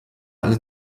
alle